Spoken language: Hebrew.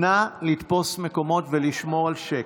נא לתפוס מקומות ולשמור על שקט.